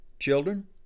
Children